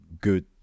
good